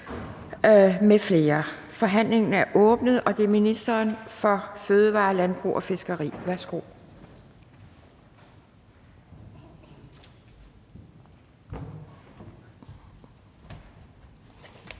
Forhandlingen er åbnet, og det er først ministeren for fødevarer, landbrug og fiskeri. Værsgo.